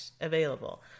available